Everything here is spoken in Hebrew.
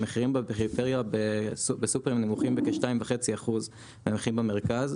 המחירים בפריפריה בסופרים נמוכים בכ-2.5% מהמחירים במרכז,